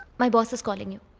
my boss is calling you.